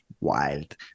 wild